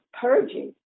purging